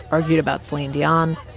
argued about celine dion.